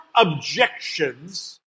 objections